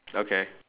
okay